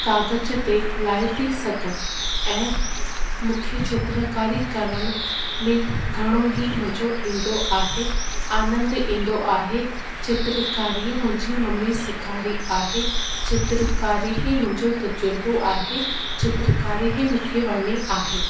कागज़ ते लाइ थी सघा ऐं मूंखे चित्रकारी करण में घणो ई मज़ो ईंदो आहे आनंद ईंदो आहे चित्रकारीअ मुंहिंजी मम्मी सेखारी आहे चित्रकारी ई मुंहिंजो तज़ुर्बो आहे चित्रकारी ई मूंखे वणंदी आहे